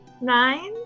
Nine